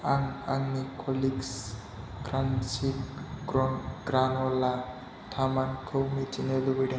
आं आंनि Kellogg's crunchy ग्रेन'लानि थामानखौ मिथिनो लुबैदों